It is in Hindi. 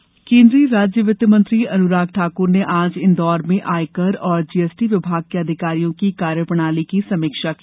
अनुराग इंदौर केन्द्रीय राज्य वित्त मंत्री अनुराग ठाकुर ने आज इंदौर में आयकर और जीएसटी विभाग के अधिकारियों की कार्य प्रणाली की समीक्षा की